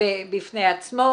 בפני עצמו,